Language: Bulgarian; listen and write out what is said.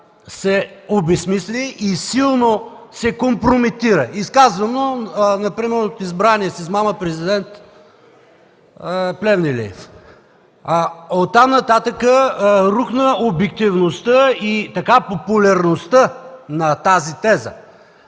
се обезмисли и силно се компрометира. Изказано например от избрания с измама президент Плевнелиев. Оттам-нататък рухна обективността и популярността на тази теза.